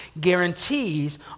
guarantees